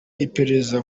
iperereza